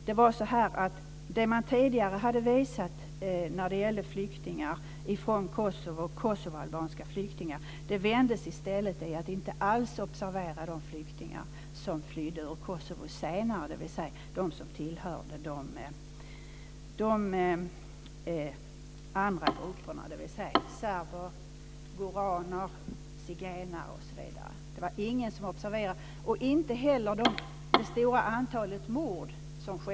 Det man tidigare hade visat av kosovoalbanska flyktingar vändes till att inte alls observera de som flydde ur Kosovo senare, dvs. de andra grupperna - serber, goraner, zigenare osv. Det var ingen som observerade dem, och inte heller det stora antalet mord.